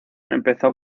empezó